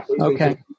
okay